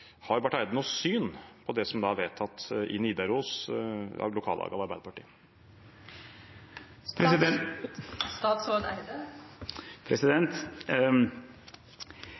Har Barth Eide noe syn på det som er vedtatt i